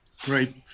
great